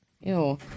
Ew